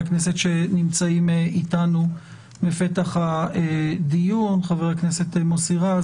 הכנסת שנמצאים איתנו בדיון: חבר הכנסת מוסי רז,